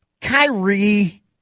Kyrie